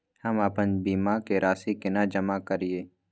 हम आपन बीमा के राशि केना जमा करिए?